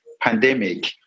pandemic